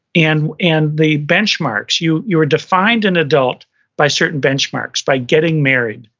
and and the benchmarks, you you were defined an adult by certain benchmarks, by getting married,